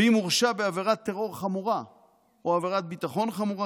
ואם הורשע בעבירת טרור חמורה או עבירת ביטחון חמורה,